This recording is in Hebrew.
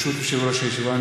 ברשות יושב-ראש הישיבה,